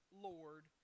Lord